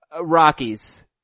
Rockies